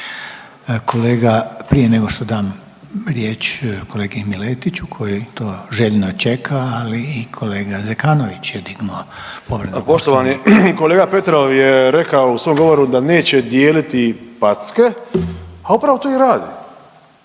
Kolega, prije nego što dam riječ kolegi Miletiću, koji to željno čeka, ali i kolega Zekanović je dignuo povredu Poslovnika. **Zekanović, Hrvoje (HDS)** Poštovani kolega Petrov je rekao u svom govoru da neće dijeliti packe, a upravo to i radi.